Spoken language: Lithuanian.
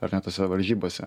ar ne tose varžybose